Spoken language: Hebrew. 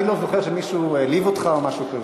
אני לא זוכר שמישהו העליב אותך או משהו כזה.